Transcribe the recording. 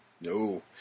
No